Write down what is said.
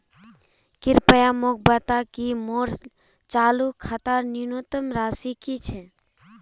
कृपया मोक बता कि मोर चालू खातार न्यूनतम राशि की छे